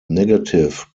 negative